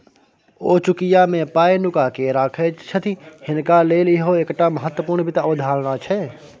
ओ चुकिया मे पाय नुकाकेँ राखय छथि हिनका लेल इहो एकटा महत्वपूर्ण वित्त अवधारणा छै